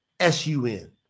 S-U-N